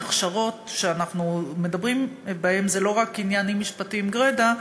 ההכשרות שאנחנו מדברים בהן זה לא רק עניינים משפטיים גרידא,